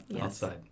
Outside